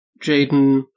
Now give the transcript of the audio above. Jaden